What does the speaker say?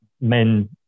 men